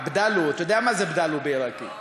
אתה יודע מה זה "בדאלו" בעיראקית?